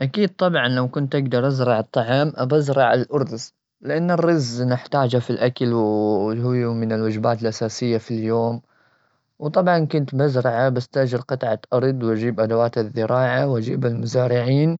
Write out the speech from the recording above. أكيد طبعا، لو كنت أقدر أزرع الطعام، أبي أزرع الأرز. لأن الرز نحتاجه في الأكل، وهو من الوجبات الأساسية في اليوم. وطبعا، كنت مزرعة بستأجر قطعة أرض، وأجيب أدوات الزراعة، وأجيب المزارعين.